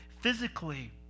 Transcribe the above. physically